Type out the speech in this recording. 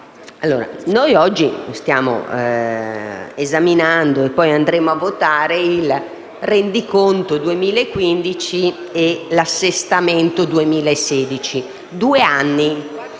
noi oggi stiamo esaminando e andremo a votare il Rendiconto 2015 e l'Assestamento 2016: due anni